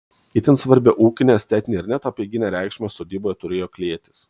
itin svarbią ūkinę estetinę ir net apeiginę reikšmę sodyboje turėjo klėtys